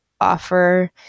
offer